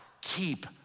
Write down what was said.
keep